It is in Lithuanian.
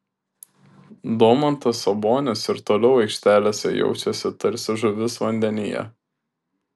domantas sabonis ir toliau aikštelėse jaučiasi tarsi žuvis vandenyje